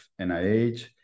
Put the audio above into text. NIH